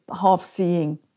half-seeing